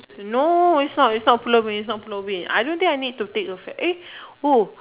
no it's not it's not Pulau-Ubin it's not Pulau-Ubin I don't think I need to take a ferry eh oh